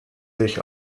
sich